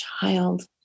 child